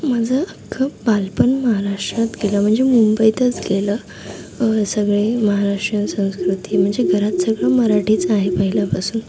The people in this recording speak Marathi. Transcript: माझं अख्खं बालपण महाराष्ट्रात गेलं म्हणजे मुंबईतच गेलं सगळे महाराष्ट्रियन संस्कृती म्हणजे घरात सगळं मराठीच आहे पहिल्यापासून